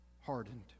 hardened